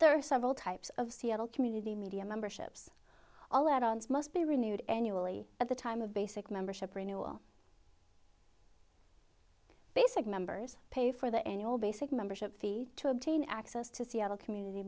there are several types of seattle community media memberships all add ons must be renewed annually at the time of basic membership renewal basic members pay for the annual basic membership fee to obtain access to seattle community